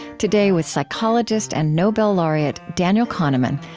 today, with psychologist and nobel laureate daniel kahneman,